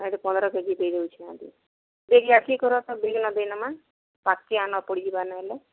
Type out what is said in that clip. ପନ୍ଦର କେଜି ଦେଇଦଉଛେ ପଡ଼ିଯିବା ନହେଲେ